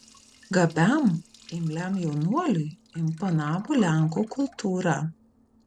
gabiam imliam jaunuoliui imponavo lenkų kultūra